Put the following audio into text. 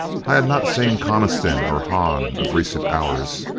i had not seen coniston or hahn of recent hours.